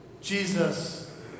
Jesus